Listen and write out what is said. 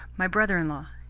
my brother-in-law.